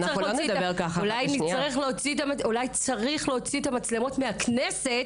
אולי צריך להוציא את המצלמות מהכנסת